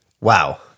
wow